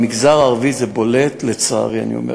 במגזר הערבי זה בולט, לצערי אני אומר.